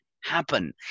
happen